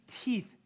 teeth